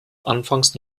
anfangs